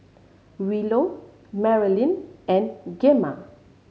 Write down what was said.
Willow Marylyn and Gemma